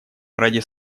ради